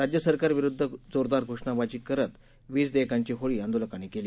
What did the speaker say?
राज्य सरकार विरुद्ध जोरदार घोषणाबाजी करत वीज देयकांची होळी आंदोलकांनी केली